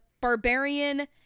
Barbarian